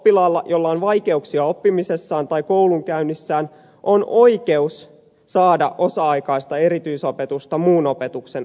oppilaalla jolla on vaikeuksia oppimisessaan tai koulunkäynnissään on oikeus saada osa aikaista erityisopetusta muun opetuksen ohessa